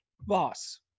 Boss